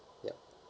yup